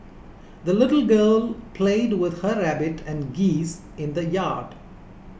the little girl played with her rabbit and geese in the yard